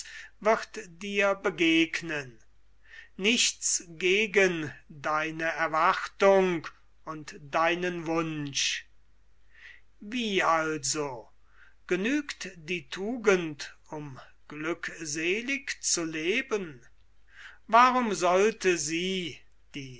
wird dir begegnen nichts gegen deine erwartung und deinen wunsch wie also genügt die tugend um glückselig zu leben warum sollte sie die